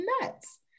nuts